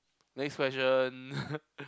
next question